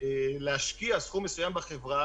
להשקיע סכום בחברה,